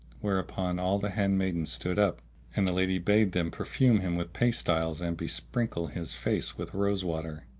where upon all the handmaidens stood up and the lady bade them perfume him with pastiles and besprinkle his face with rose water.